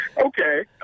Okay